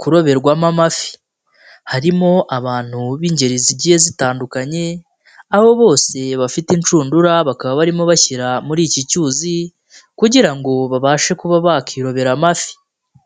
kuroberwamo amafi. Harimo abantu b'ingeri zigiye zitandukanye, aho bose bafite inshundura bakaba barimo bashyira muri iki cyuzi kugira ngo babashe kuba bakwirobera amafi.